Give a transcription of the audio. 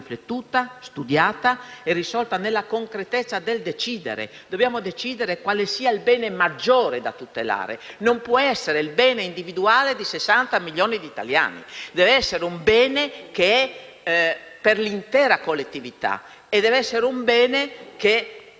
delineato, studiato e risolto nella concretezza del decidere. Dobbiamo decidere quale sia il bene maggiore da tutelare: non può essere il bene individuale di 60 milioni di italiani; deve essere un bene per l'intera collettività. Occorre avere la